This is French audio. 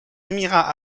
émirats